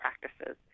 practices